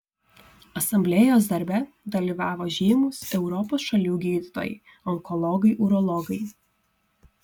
asamblėjos darbe dalyvavo žymūs europos šalių gydytojai onkologai urologai